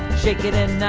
shake it and.